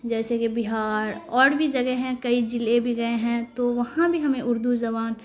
جیسے کہ بہار اور بھی جگہ ہیں کئی جلعے بھی گئے ہیں تو وہاں بھی ہمیں اردو زبان